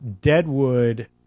Deadwood